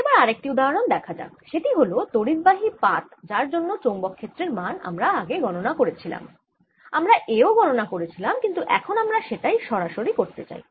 এবার আরেকটি উদাহরণ দেখা যাক সেটি হল তড়িদবাহি পাত যার জন্য চৌম্বক ক্ষেত্রের মান আমরা আগে গণনা করেছিলাম আমরা A ও গণনা করেছিলাম কিন্তু এখন আমরা সেটাই সরাসরি করতে চাই